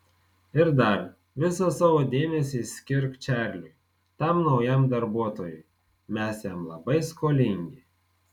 ir dar visą savo dėmesį skirk čarliui tam naujam darbuotojui mes jam labai skolingi